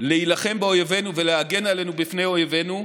להילחם באויבינו ולהגן עלינו מפני אויבינו,